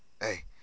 Hey